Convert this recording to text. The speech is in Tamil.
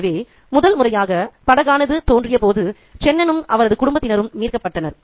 எனவே முதல் முறையாக படகானதுதோன்றியபோது சென்னனும் அவரது குடும்பத்தினரும் மீட்கப்பட்டனர்